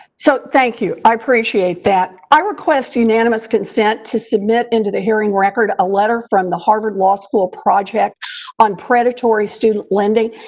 so, thank you. i appreciate that. i request unanimous consent to submit into the hearing record a letter from the harvard law school project on predatory student lending.